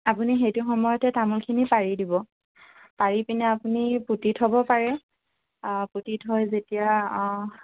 আপুনি সেইটো সময়তে তামোলখিনি পাৰি দিব পাৰি পিনে আপুনি পুতি থ'ব পাৰে পুতি থৈ যেতিয়া